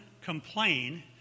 complain